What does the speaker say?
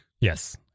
Yes